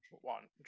One